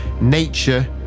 nature